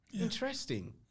interesting